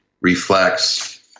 reflects